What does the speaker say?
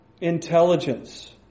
intelligence